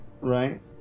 Right